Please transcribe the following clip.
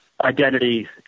identity